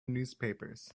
newspapers